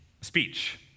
speech